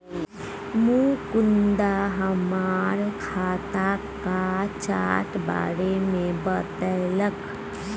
मुकुंद हमरा खाताक चार्ट बारे मे बतेलक